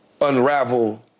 unravel